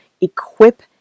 equip